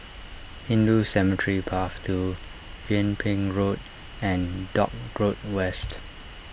Hindu Cemetery Path two Yung Ping Road and Dock Road West